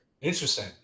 Interesting